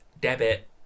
debit